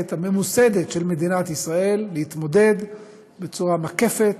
הממוסדת של מדינת ישראל להתמודד בצורה מקפת,